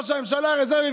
ראש הממשלה הרזרבי,